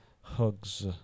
hugs